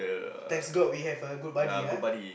thanks god we have a good buddy ah